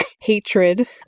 hatred